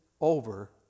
over